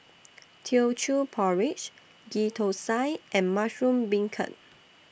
Teochew Porridge Ghee Thosai and Mushroom Beancurd